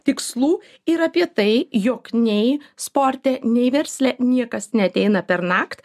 tikslų ir apie tai jog nei sporte nei versle niekas neateina pernakt